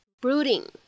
brooding